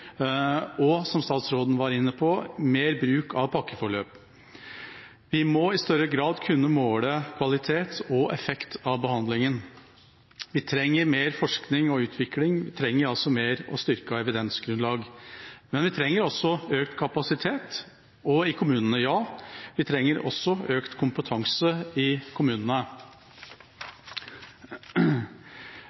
og, som statsråden var inne på, mer bruk av pakkeforløp. Vi må i større grad kunne måle kvalitet og effekt av behandlingen. Vi trenger mer forskning og utvikling. Vi trenger altså mer og styrket evidensgrunnlag. Men vi trenger også økt kapasitet, også i kommunene – ja, vi trenger også økt kompetanse i kommunene.